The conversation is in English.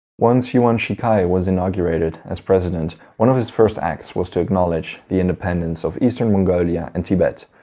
once yuan shikai was inaugurated as president, one of his first acts was to acknowledge the independence of eastern mongolia and tibet.